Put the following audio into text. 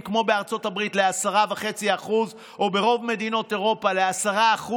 כמו בארצות הברית ל-10.5% או ברוב מדינות אירופה ל-10%,